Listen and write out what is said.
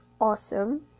awesome